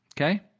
Okay